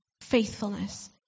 faithfulness